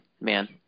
man